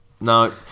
No